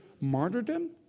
martyrdom